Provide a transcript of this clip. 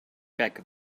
back